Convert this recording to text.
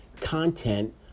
content